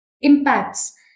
impacts